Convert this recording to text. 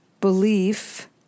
belief